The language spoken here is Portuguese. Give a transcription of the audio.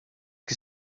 que